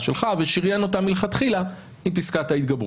שלך ושריין אותם מלכתחילה מפסקת ההתגברות.